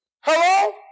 Hello